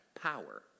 power